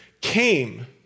came